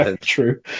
true